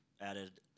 added